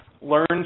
learn